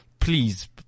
Please